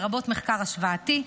לרבות מחקר השוואתי.